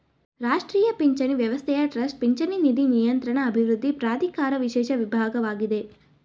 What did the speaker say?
ರಾಷ್ಟ್ರೀಯ ಪಿಂಚಣಿ ವ್ಯವಸ್ಥೆಯ ಟ್ರಸ್ಟ್ ಪಿಂಚಣಿ ನಿಧಿ ನಿಯಂತ್ರಣ ಅಭಿವೃದ್ಧಿ ಪ್ರಾಧಿಕಾರ ವಿಶೇಷ ವಿಭಾಗವಾಗಿದೆ